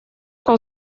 con